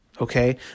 Okay